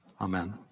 Amen